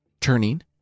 Turning